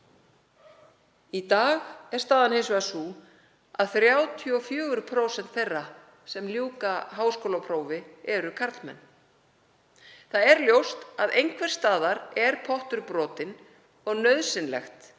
Í dag er staðan hins vegar sú að 34% þeirra sem ljúka háskólaprófi eru karlmenn. Það er ljóst að einhvers staðar er pottur brotinn og nauðsynlegt er